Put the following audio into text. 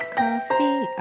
coffee